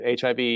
HIV